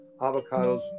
avocados